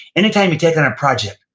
any time you take on a project,